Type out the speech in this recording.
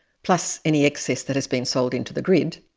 plus any excess that has been sold into the grid,